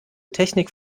technik